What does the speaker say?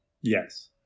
Yes